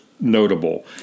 notable